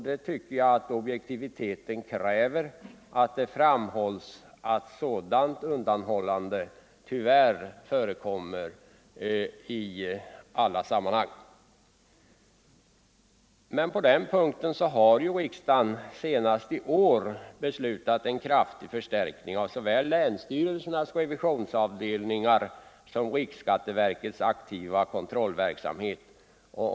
Jag tycker objektiviteten kräver att man framhåller att sådant undandragande av skyldigheten att erlägga skatt tyvärr förekommer i många sammanhang. Men riksdagen har ju senast i år beslutat om en kraftig förstärkning av såväl länsstyrelsernas revisionsavdelningar som riksskatteverkets aktiva kontrollverksamhet.